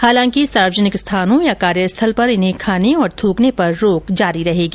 हालांकि सार्वजनिक स्थानों या कार्यस्थल पर इन्हे खाने और थूकने पर रोक जारी रहेगी